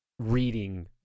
Reading